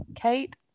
Kate